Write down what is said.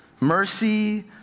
Mercy